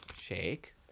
Shake